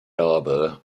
harbour